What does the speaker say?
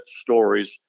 stories